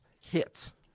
hits